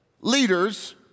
leaders